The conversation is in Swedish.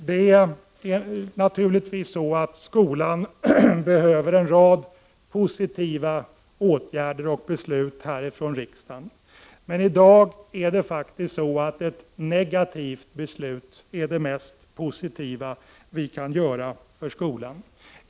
Det är naturligtvis så att skolan behöver en rad positiva åtgärder och beslut från riksdagen, men i dag är det faktiskt så att ett negativt beslut är det mest positiva vi kan göra för skolan.